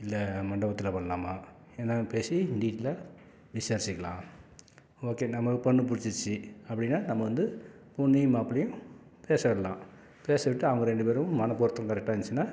இல்லை மண்டபத்தில் பண்ணலாமா என்னென்னு பேசி டீட்டைலாக விசாரிச்சுக்கலாம் ஓகே நமக்கு பொண்ணு பிடிச்சிருச்சி அப்படின்னா நம்ம வந்து பொண்ணையும் மாப்பிள்ளையும் பேச விடலாம் பேச விட்டு அவங்க ரெண்டு பேருக்கும் மன பொருத்தம் கரெக்டாக இருந்துச்சுன்னா